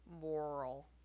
moral